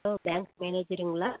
hello bank மேனேஜருங்களா